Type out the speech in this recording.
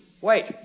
Wait